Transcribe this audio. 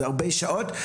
זה הרבה שעות.